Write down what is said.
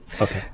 okay